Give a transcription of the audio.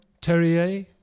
Terrier